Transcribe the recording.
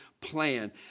plan